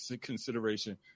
consideration